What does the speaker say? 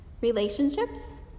Relationships